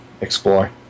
explore